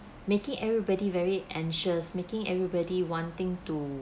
making everybody very anxious making everybody wanting to